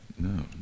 no